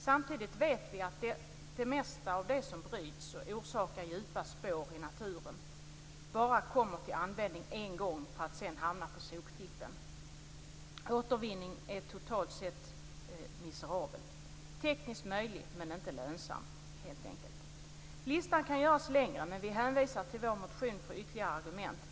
Samtidigt vet vi att det mesta av det som bryts och som orsakar djupa sår i naturen bara kommer till användning en gång, för att sedan hamna på soptippen. Återvinningen är totalt sett miserabel - tekniskt möjlig men inte lönsam helt enkelt. Listan kan göras längre men vi hänvisar till vår motion för ytterligare argument.